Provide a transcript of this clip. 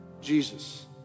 Jesus